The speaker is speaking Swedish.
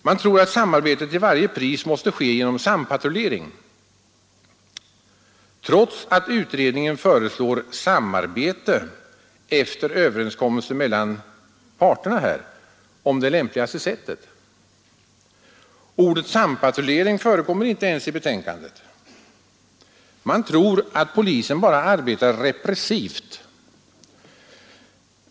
De tror att samarbetet till varje pris måste ske genom sampatrullering trots att utredningen föreslår samarbete efter överenskommelse mellan parterna om det lämpligaste sättet. Ordet sampatrullering förekom inte ens i betänkandet. Dessa grupper av socialvårdens personal tror att polisen bara arbetar repressivt.